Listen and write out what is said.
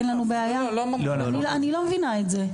אני לא מבינה את זה.